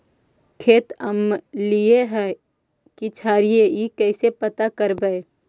खेत अमलिए है कि क्षारिए इ कैसे पता करबै?